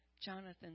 Jonathan